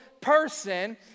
person